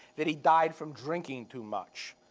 that he died from drinking too much.